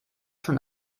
schon